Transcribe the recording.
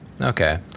okay